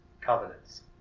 covenants